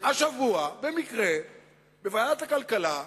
שבמקרה השבוע היה בוועדת הכלכלה דיון.